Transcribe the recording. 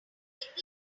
dioxide